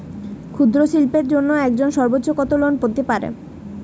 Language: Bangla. ক্ষুদ্রশিল্পের জন্য একজন সর্বোচ্চ কত লোন পেতে পারে?